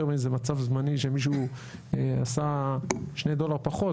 מאיזה מצב זמני שמישהו עשה שני דולר פחות,